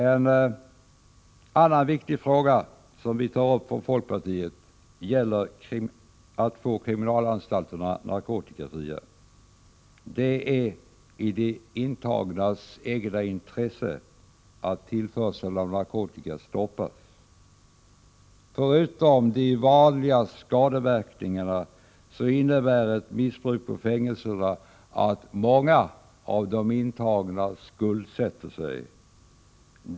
En annan viktig fråga som tagits upp av folkpartiet gäller att få kriminal vårdsanstalterna narkotikafria. Det är i de intagnas eget intresse att tillförseln av narkotika stoppas. Förutom de vanliga skadeverkningarna innebär ett missbruk på fängelserna att många av de intagna skuldsätter sig.